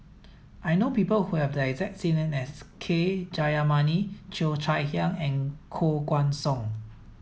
I know people who have the exact as K Jayamani Cheo Chai Hiang and Koh Guan Song